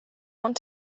want